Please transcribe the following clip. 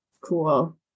cool